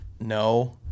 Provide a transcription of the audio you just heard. No